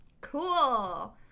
Cool